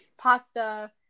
pasta